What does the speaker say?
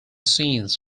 scenes